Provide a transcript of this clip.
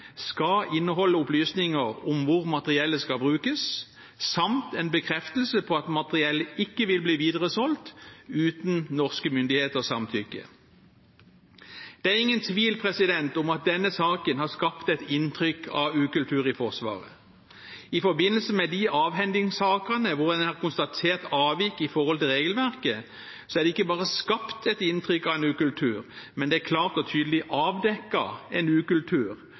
skal inneholde opplysninger om hvor materiellet skal brukes, samt en bekreftelse på at materiellet ikke vil bli videresolgt uten norske myndigheters samtykke. Det er ingen tvil om at denne saken har skapt et inntrykk av en ukultur i Forsvaret. I forbindelse med de avhendingssakene hvor en har konstatert avvik i forhold til regelverket, er det ikke bare skapt et inntrykk av ukultur, men det er klart og tydelig avdekket en ukultur